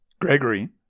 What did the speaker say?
Gregory